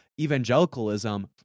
evangelicalism